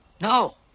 No